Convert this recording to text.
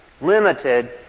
limited